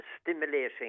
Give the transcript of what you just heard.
stimulating